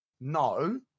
No